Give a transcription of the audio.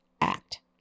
Act